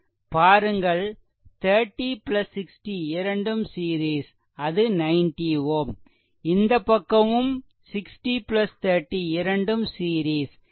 பாருங்கள் 30 60 இரண்டும் சீரிஸ் அது 90 Ω இந்த பக்கமும் 60 30 இரண்டும் சீரிஸ் எனவே 60 30 90 Ω